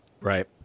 Right